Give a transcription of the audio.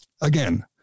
again